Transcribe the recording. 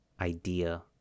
idea